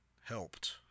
helped